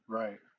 right